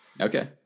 Okay